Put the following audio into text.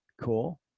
cool